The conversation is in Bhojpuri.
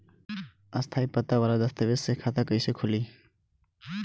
स्थायी पता वाला दस्तावेज़ से खाता कैसे खुली?